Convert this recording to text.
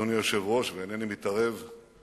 אדוני היושב-ראש, ואינני מתערב בהחלטותיך,